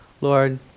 Lord